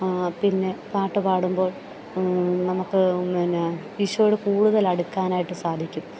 പിന്നെ പാട്ട് പാടുമ്പോൾ നമുക്ക് പിന്നെ ഈശോയോട് കൂടുതൽ അടുക്കാനായിട്ട് സാധിക്കും